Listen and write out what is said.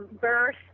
birth